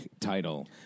title